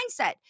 mindset